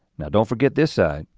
now don't forget this side,